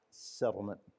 settlement